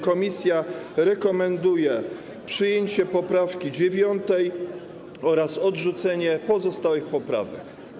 Komisja rekomenduje przyjęcie poprawki 9. oraz odrzucenie pozostałych poprawek.